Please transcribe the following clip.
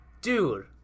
Dude